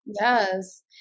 Yes